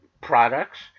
products